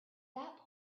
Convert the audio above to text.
that